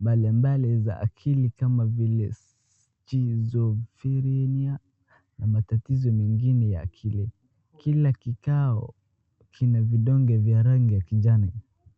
mbalimbali za akili kama vile schizophrenia na matatizo mengine ya akili. Kila kikao kina vidonge vya rangi ya kijani.